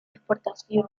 exportación